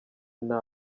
nta